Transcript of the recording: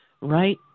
right